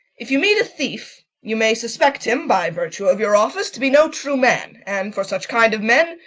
if you meet a thief, you may suspect him, by virtue of your office, to be no true man and, for such kind of men,